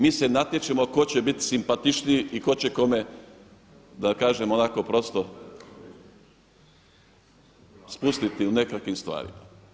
Mi se natječemo tko će biti simpatičniji i tko će kome da kažem onako prosto spustiti u nekakvim stvarima.